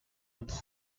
its